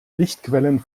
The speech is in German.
lichtquellen